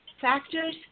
factors